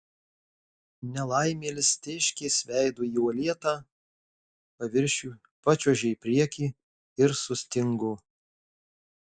nelaimėlis tėškės veidu į uolėtą paviršių pačiuožė į priekį ir sustingo